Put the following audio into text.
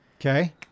Okay